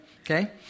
Okay